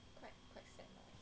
wait